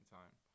time